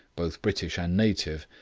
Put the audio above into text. both british and native,